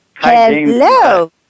Hello